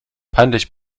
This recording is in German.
peinlich